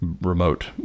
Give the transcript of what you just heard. remote